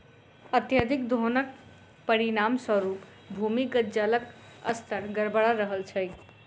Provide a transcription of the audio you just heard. अत्यधिक दोहनक परिणाम स्वरूप भूमिगत जलक स्तर गड़बड़ा रहल छै